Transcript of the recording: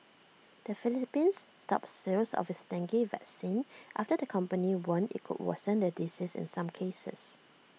the Philippines stopped sales of its dengue vaccine after the company warned IT could worsen the disease in some cases